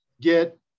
get